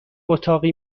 اتاقی